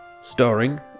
starring